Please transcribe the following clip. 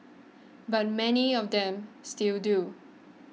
but many of them still do